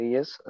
Yes